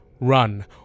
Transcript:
run